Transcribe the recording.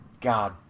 God